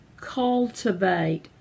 cultivate